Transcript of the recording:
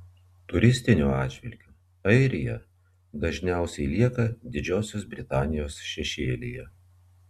turistiniu atžvilgiu airija dažniausiai lieka didžiosios britanijos šešėlyje